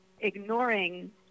ignoring